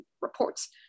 reports